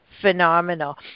phenomenal